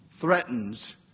threatens